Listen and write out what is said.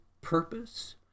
purpose